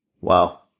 wow